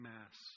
Mass